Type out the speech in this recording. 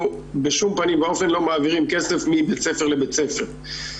בשום פנים ואופן לא מעבירים כסף מבית ספר לבית ספר.